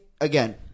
Again